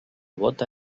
bóta